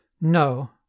No